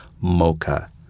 mocha